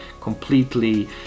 completely